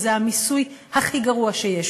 וזה המיסוי הכי גרוע שיש,